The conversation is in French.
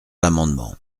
l’amendement